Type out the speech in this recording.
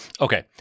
Okay